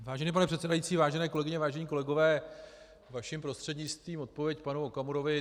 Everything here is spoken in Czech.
Vážený pane předsedající, vážené kolegyně, vážení kolegové, vaším prostřednictvím odpověď panu Okamurovi.